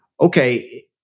okay